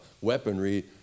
weaponry